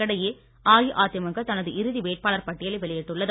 இதற்கிடையே அஇஅதிமுக தனது இறுதி வேட்பாளர் பட்டியலை வெளியிட்டுள்ளது